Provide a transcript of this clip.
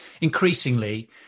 increasingly